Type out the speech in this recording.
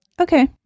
Okay